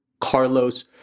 carlos